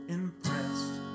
impressed